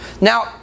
Now